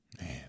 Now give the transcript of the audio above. Man